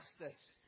justice